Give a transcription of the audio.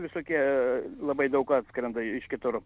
visokie labai daug atskrenda iš kitur